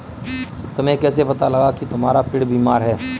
तुम्हें कैसे पता लगा की तुम्हारा पेड़ बीमार है?